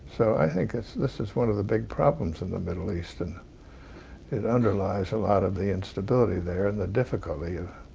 so i think this is one of the big problems in the middle east and it underlies a lot of the instability there, and the difficulty of